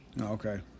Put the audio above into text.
Okay